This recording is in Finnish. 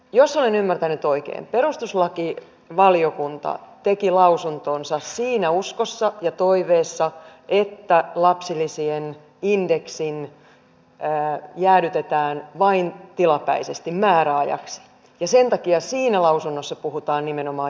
jos olen ymmärtänyt oikein perustuslakivaliokunta teki lausuntonsa siinä uskossa ja toiveessa että lapsilisien indeksi jäädytetään vain tilapäisesti määräajaksi ja sen takia siinä lausunnossa puhutaan nimenomaan jäädytyksestä